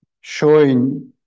showing